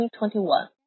2021